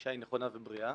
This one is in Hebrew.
הגישה היא נכונה ובריאה.